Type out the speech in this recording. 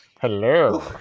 Hello